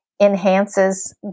enhances